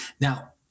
Now